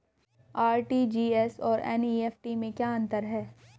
RTGS और NEFT में क्या अंतर है?